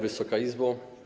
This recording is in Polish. Wysoka Izbo!